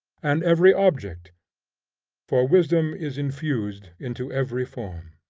and every object for wisdom is infused into every form.